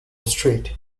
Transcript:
street